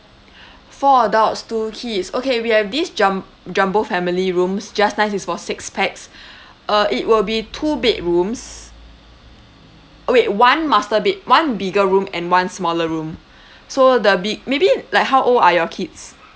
four adults two kids okay we have this jum~ jumbo family rooms just nice it's for six pax uh it will be two bedrooms wait one master bed one bigger room and one smaller room so the big maybe like how old are your kids